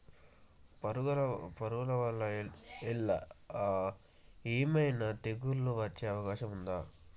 పురుగుల వల్ల ఏమైనా తెగులు వచ్చే అవకాశం ఉందా?